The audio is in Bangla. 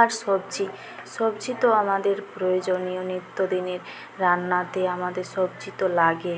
আর সবজি সবজি তো আমাদের প্রয়োজনীয় নিত্য দিনের রান্নাতে আমাদের সবজি তো লাগে